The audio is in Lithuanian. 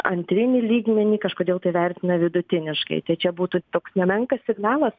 antrinį lygmenį kažkodėl tai vertina vidutiniškai tai čia būtų toks nemenkas signalas